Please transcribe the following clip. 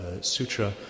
sutra